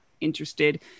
interested